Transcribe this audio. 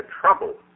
trouble